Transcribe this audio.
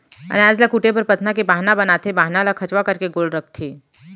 अनाज ल कूटे बर पथना के बाहना बनाथे, बाहना ल खंचवा करके गोल रखथें